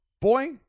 boy